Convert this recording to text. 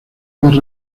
más